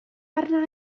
arna